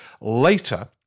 Later